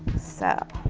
so